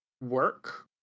Work